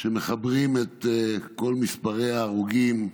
כשמחברים את כל מספרי ההרוגים,